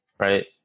Right